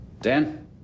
Dan